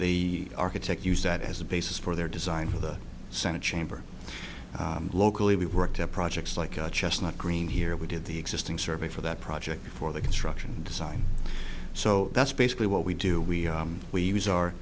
the architect used that as a basis for their design for the senate chamber locally we worked on projects like chestnut green here we did the existing survey for that project for the construction design so that's basically what we do we we use our